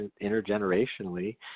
intergenerationally